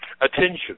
attention